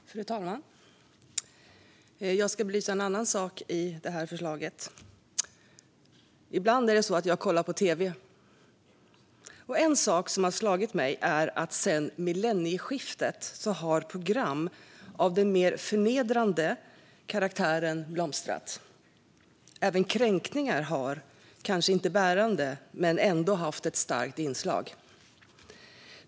Fru talman! Jag ska belysa en annan sak i det här förslaget. Ibland kollar jag på tv, och en sak som har slagit mig är att sedan millennieskiftet har program av mer förnedrande karaktär blomstrat. Även kränkningar har kanske inte varit bärande men ändå haft ett starkt inslag.